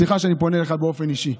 סליחה שאני פונה אליך באופן אישי,